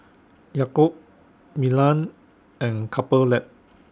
Yakult Milan and Couple Lab